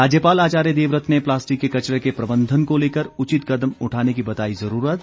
राज्यपाल आचार्य देवव्रत ने प्लास्टिक के कचरे के प्रबंधन को लेकर उचित कदम उठाने की बताई जरूरत